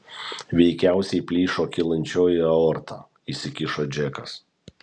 veikiausiai plyšo kylančioji aorta įsikišo džekas